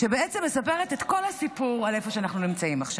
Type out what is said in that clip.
שבעצם מספרת את כל הסיפור על איפה שאנחנו נמצאים עכשיו.